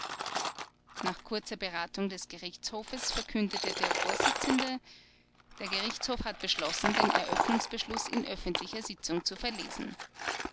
nach kurzer beratung des gerichtshofes verkündete der vorsitzende der gerichtshof hat beschlossen den eröffnungsbeschluß in öffentlicher sitzung zu verlesen